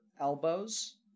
elbows